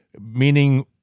meaning